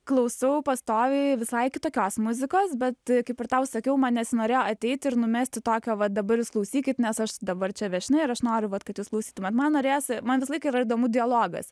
klausau pastoviai visai kitokios muzikos bet kaip ir tau sakiau man nesinorėjo ateit ir numest tokio va dabar jūs klausykit nes aš dabar čia viešnia ir aš noriu vat kad jūs išklausytumėt man norėjosi man visąlaik yra įdomu dialogas